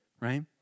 Right